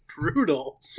Brutal